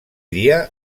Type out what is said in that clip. dia